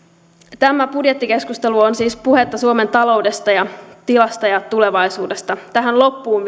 tämä budjettikeskustelu on siis puhetta suomen taloudesta ja tilasta ja tulevaisuudesta tähän loppuun